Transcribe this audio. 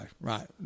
Right